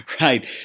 Right